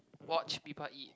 watch people eat